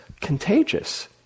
contagious